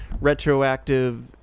retroactive